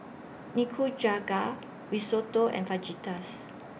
Nikujaga Risotto and Fajitas